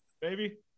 baby